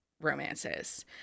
romances